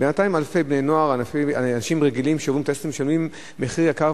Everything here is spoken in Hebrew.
בינתיים אלפי בני-נוער ואנשים רגילים שעוברים טסט משלמים מחיר יקר.